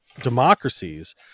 democracies